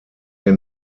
hier